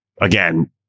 Again